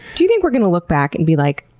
do you think we're going to look back and be like,